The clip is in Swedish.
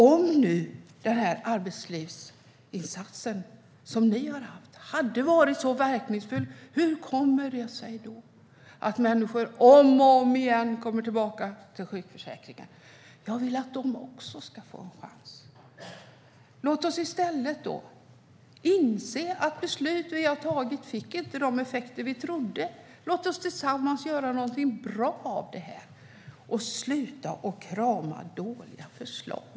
Om er arbetslivsinsats var så verkningsfull, hur kommer det sig att människor om och om igen kommer tillbaka till sjukförsäkringen? Jag vill att de också ska få plats. Låt oss därför inse att de beslut vi tog inte fick den effekt vi trodde. Låt oss tillsammans göra något bra av detta och sluta krama dåliga förslag.